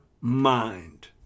mind